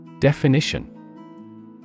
Definition